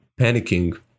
panicking